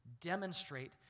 demonstrate